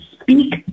speak